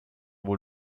wohl